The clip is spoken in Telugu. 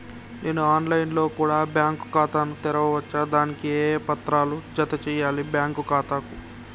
నేను ఆన్ లైన్ లో కూడా బ్యాంకు ఖాతా ను తెరవ వచ్చా? దానికి ఏ పత్రాలను జత చేయాలి బ్యాంకు ఖాతాకు?